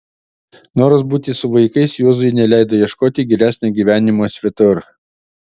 noras būti su vaikais juozui neleido ieškoti geresnio gyvenimo svetur